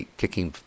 kicking